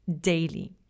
daily